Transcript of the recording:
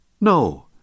No